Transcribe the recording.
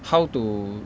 how to